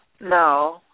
No